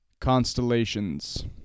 constellations